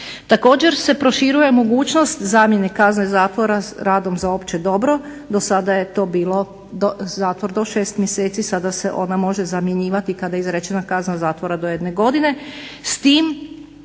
Također se proširuje mogućnost zamjene kazne zatvora s radom za opće dobro. Dosada je to bio zatvor do 6 mjeseci, sada se ona može zamjenjivati kada je izrečena kazna zatvora do 1 godine